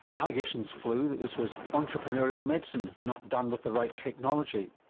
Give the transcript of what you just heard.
allegations flew that this was entrepreneurial medicine not done with the right technology.